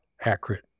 accurate